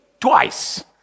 Twice